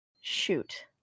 Shoot